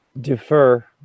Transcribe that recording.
defer